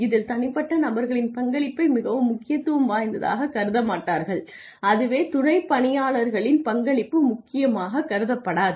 இதில் தனிப்பட்ட நபர்களின் பங்களிப்பை மிகவும் முக்கியத்துவம் வாய்ந்ததாகக் கருத மாட்டார்கள் அதுவும் துணை பணியாளர்களின் பங்களிப்பு முக்கியாக கருதப்படாது